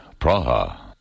Praha